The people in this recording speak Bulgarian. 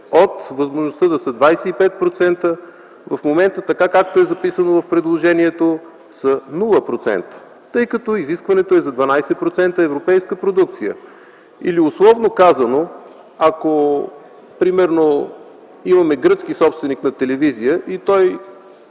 от възможността да са 25%, както е записано в момента в предложението, са 0%, тъй като изискването е за 12% европейска продукция. Или условно казано, ако примерно имаме гръцки собственик на телевизия и той